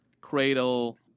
Cradle